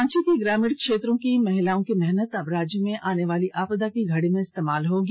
रांची के ग्रामीण क्षेत्रों की महिलाओं की मेहनत अब राज्य में आनेवाली आपदा की घड़ी में इस्तेमाल होगी